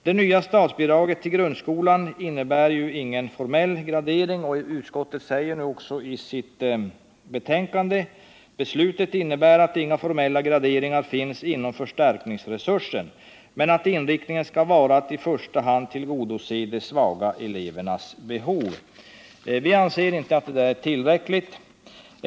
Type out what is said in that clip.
Det nya statsbidraget till grundskolan innebär ingen formell gradering. Utskottet säger också i betänkandet: ”Beslutet innebär att inga formella graderingar finns inom förstärkningsresursen men att inriktningen skall vara att i första hand tillgodose de svaga elevernas behov.” Vi anser inte att detta är tillräckligt.